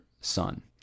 son